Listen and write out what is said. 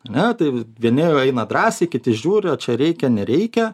ane tai vieni eina drąsiai kiti žiūri čia reikia nereikia